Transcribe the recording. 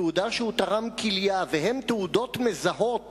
תעודה שהוא תרם כליה וכן תעודות מזהות